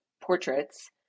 portraits